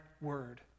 word